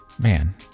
man